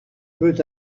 peut